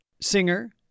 singer